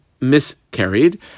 miscarried